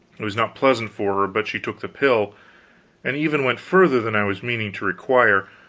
it was not pleasant for her, but she took the pill and even went further than i was meaning to require.